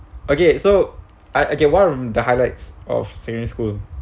okay so oh okay one of the highlights of secondary school